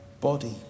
body